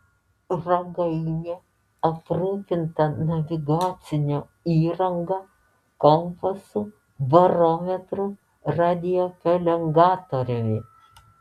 ragainė aprūpinta navigacine įranga kompasu barometru radiopelengatoriumi